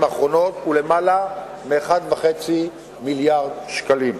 האחרונות הוא למעלה מ-1.5 מיליארד שקלים.